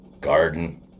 Garden